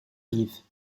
rives